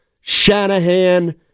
Shanahan